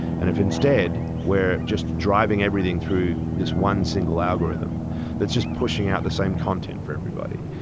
and if instead we're just driving everything through this one single algorithm that's just pushing out the same content for everybody,